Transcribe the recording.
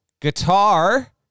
guitar